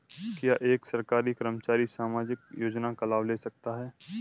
क्या एक सरकारी कर्मचारी सामाजिक योजना का लाभ ले सकता है?